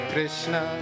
Krishna